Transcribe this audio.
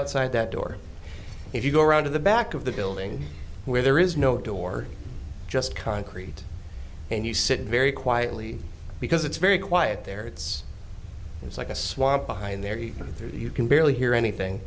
outside that door if you go around to the back of the building where there is no door just concrete and you sit very quietly because it's very quiet there it's like a swamp behind there you through that you can barely hear anything